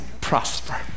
prosper